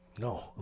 No